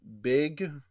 big